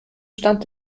stand